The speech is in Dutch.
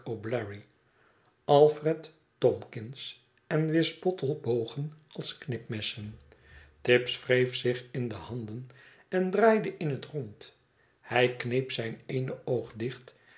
tomkins en wisbottle bogen als knipmessen tibbs wreef zich in de handen en draaide in het rond hij kneep zijn eene oog dicht